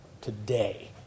today